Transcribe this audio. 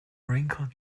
wrinkled